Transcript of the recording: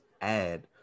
add